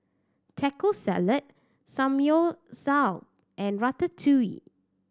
Taco Salad Samgeyopsal and Ratatouille